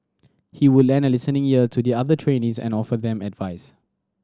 he would lend a listening ear to the other trainees and offer them advice